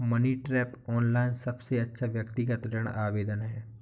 money Tap, online सबसे अच्छा व्यक्तिगत ऋण आवेदन है